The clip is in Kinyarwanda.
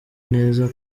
neza